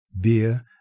beer